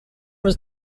was